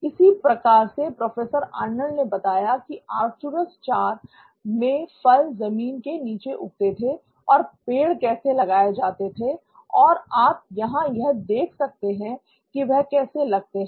इसी प्रकार से प्रोफेसर अर्नाल्ड ने बताया की आर्कटूरूस IV में फल जमीन के नीचे उगते हैं और पेड़ कैसे लगाए जाते हैं और आप यहां यह देख सकते हैं की वह कैसे लगते हैं